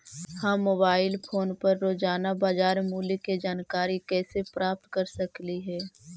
हम mobile phone पर रोजाना बाजार मूल्य के जानकारी कैसे प्राप्त कर सकली हे?